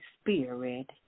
spirit